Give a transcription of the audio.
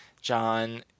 John